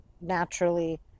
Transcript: naturally